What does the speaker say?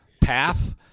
path